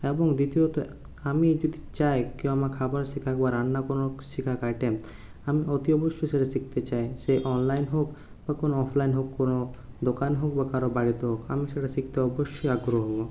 এবং দ্বিতীয়ত আমি যদি চাই কেউ আমার খাবার শেখাক বা রান্নার কোনও শেখাক আইটেম আমি অতি অবশ্যই সেটা শিখতে চাই সে অনলাইন হোক বা কোনও অফলাইন হোক কোনও দোকান হোক বা কারও বাড়িতে হোক আমি সেটা শিখতে অবশ্যই আগ্রহ